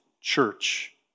church